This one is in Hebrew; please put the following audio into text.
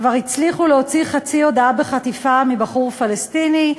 כבר הצליחו להוציא חצי הודאה בחטיפה מבחור פלסטיני.